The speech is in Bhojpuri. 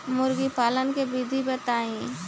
मुर्गीपालन के विधी बताई?